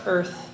Earth